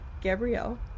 Gabrielle